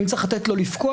האם צריך לתת לו לפקוע?